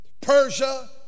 Persia